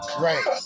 Right